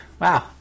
wow